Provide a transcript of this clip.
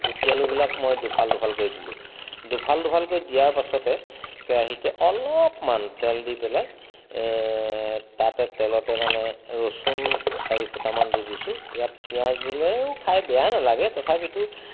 গুটি আলুবিলাক মই দুফাল দুফাল কৰি দিলোঁ দুফাল দুফাল কৰি দিয়াৰ পাছতে কেৰাহিতে অলপমান তেল দি পেলাই তাতে তেলতে মানে ৰচুন চাৰি ফুটামান দি দিছোঁ ইয়াত পিঁয়াজ দিলে খাই বেয়া নেলাগে তথাপিতো